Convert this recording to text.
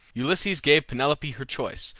ulysses gave penelope her choice,